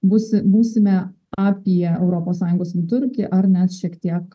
būsi būsime apie europos sąjungos vidurkį ar net šiek tiek